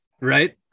Right